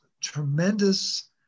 tremendous